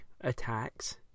attacks